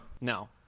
No